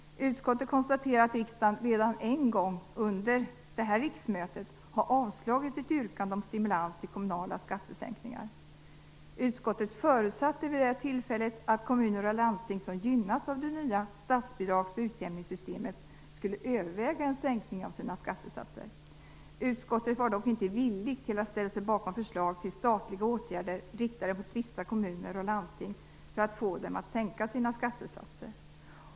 Utskottet konstaterar att riksdagen redan en gång under innevarande riksmöte har avslagit ett yrkande om stimulans till kommunala skattesänkningar. Utskottet förutsatte vid det tillfället att kommuner och landsting som gynnats av det nya statsbidrags och utjämningssystemet skulle överväga en sänkning av sina skattesatser. Utskottet var dock inte villigt att ställa sig bakom förslag till statliga åtgärder riktade mot vissa kommuner och landsting för att få dem att sänka sina skattesatser.